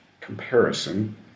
comparison